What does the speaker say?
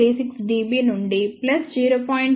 36 dB నుండి plus 0